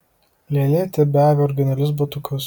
lėlė tebeavi originalius batukus